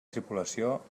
tripulació